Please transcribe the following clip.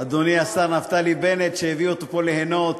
אדוני השר נפתלי בנט, שהביאו אותו לפה ליהנות,